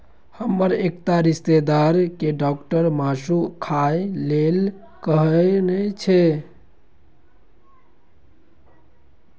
हमर एकटा रिश्तेदार कें डॉक्टर मासु खाय लेल कहने छै